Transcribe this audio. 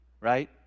Right